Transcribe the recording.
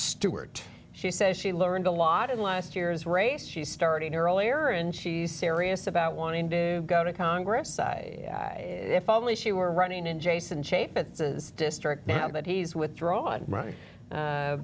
stewart she says she learned a lot in last year's race she's starting earlier and she's serious about wanting to go to congress if only she were running in jason chait that says district now that he's withdrawn